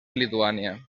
lituània